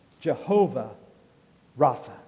Jehovah-Rapha